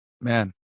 man